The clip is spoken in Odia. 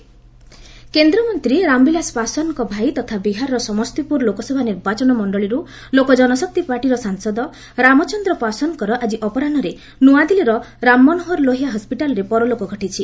ଏମ୍ପି ଡାଏଡ୍ କେନ୍ଦ୍ରମନ୍ତ୍ରୀ ରାମବିଳାସ ପାଶ୍ୱାନ୍ଙ୍କ ଭାଇ ତଥା ବିହାରର ସମସ୍ତିପୁର ଲୋକସଭା ନିର୍ବାଚନ ମଣ୍ଡଳୀରୁ ଲୋକ ଜନଶକ୍ତି ପାର୍ଟିର ସାଂସଦ ରାମଚନ୍ଦ୍ର ପାଶ୍ୱାନ୍ଙ୍କର ଆଜି ଅପରାହୁରେ ନୂଆଦିଲ୍ଲୀର ରାମ ମନୋହର ଲୋହିଆ ହସ୍କିଟାଲ୍ରେ ପରଲୋକ ଘଟିଛି